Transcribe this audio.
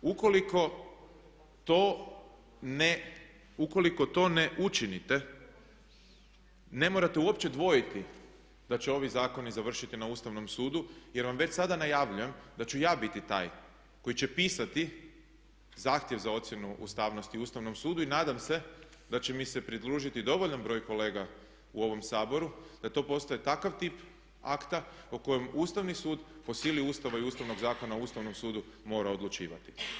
Ukoliko to ne, ukoliko to ne učinite ne morate uopće dvojiti da će ovi zakoni završiti na Ustavnom sudu jer vam već sada najavljujem da ću ja biti taj koji će pisati zahtjev za ocjenu ustavnosti Ustavnom sudu i nadam se da će mi se pridružiti dovoljan broj kolega u ovom Saboru da to postaje takav tip akta po kojem Ustavni sud, po sili Ustava i Ustavnog zakona o Ustavnom sudu mora odlučivati.